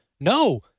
No